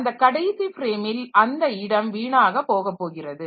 அந்த கடைசி ஃப்ரேமில் அந்த இடம் வீணாகப் போகப் போகிறது